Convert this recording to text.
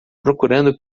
procurando